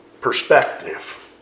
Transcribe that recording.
perspective